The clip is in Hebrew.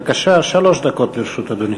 בבקשה, שלוש דקות לרשות אדוני.